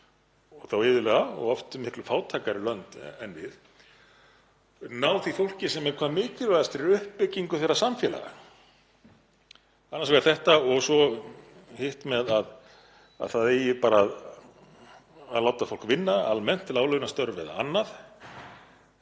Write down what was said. þá iðulega og oft miklu fátækari lönd en við, ná því fólki sem er hvað mikilvægast fyrir uppbyggingu þeirra samfélaga? Annars vegar þetta og svo hitt að það eigi bara að láta fólk vinna almennt, láglaunastörf eða annað.